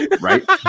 right